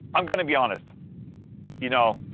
i'm gonna be honest you know,